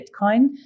Bitcoin